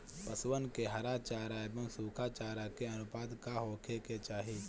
पशुअन के हरा चरा एंव सुखा चारा के अनुपात का होखे के चाही?